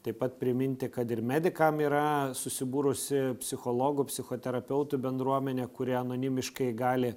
taip pat priminti kad ir medikam yra susibūrusi psichologų psichoterapeutų bendruomenė kuri anonimiškai gali